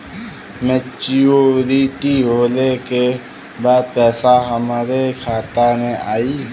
Maturity होले के बाद पैसा हमरे खाता में आई?